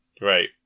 Right